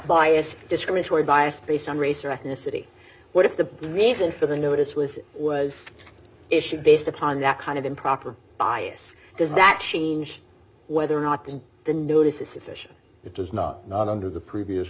biased discriminatory bias based on race or ethnicity what if the reason for the notice was was issued based upon that kind of improper bias does that change whether or not the the notice is sufficient it does not not under the previous